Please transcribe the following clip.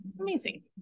Amazing